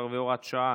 18 והוראת שעה),